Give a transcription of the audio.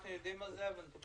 אנחנו יודעים על כך וזה מטופל.